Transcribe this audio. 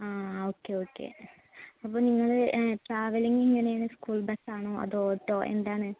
ആ okay okay അപ്പം നിങ്ങൾ ട്രാവല്ലിംഗ് എങ്ങനെയാണ് സ്കൂൾ ബസ്സാണോ അതോ ഓട്ടോ എന്താണ്